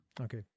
Okay